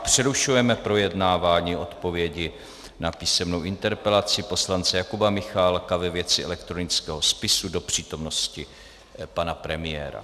Přerušujeme projednávání odpovědi na písemnou interpelaci poslance Jakuba Michálka ve věci elektronického spisu do přítomnosti pana premiéra.